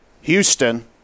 Houston